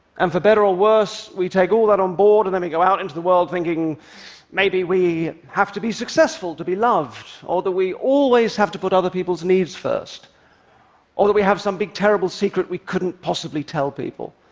and for better or worse, we take all that onboard, and then we go out into the world thinking maybe we have to be successful to be loved or that we always have to put other people's needs first or that we have some big terrible secret we couldn't possible tell people.